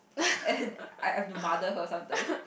and I'm the her mother sometimes